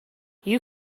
you